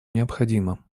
необходимо